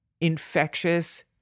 infectious